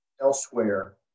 elsewhere